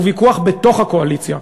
הוא ויכוח בתוך הקואליציה.